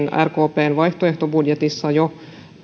rkpn vaihtoehtobudjetissa jo